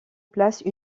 place